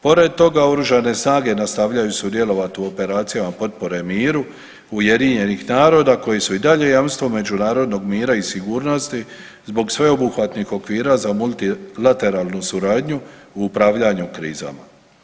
Pored toga Oružane snage nastavljaju sudjelovati u operacijama potpore miru UN-a koje su i dalje jamstvo međunarodnog mira i sigurnosti zbog sveobuhvatnih okvira za multilateralnu suradnju u upravljanju krizama.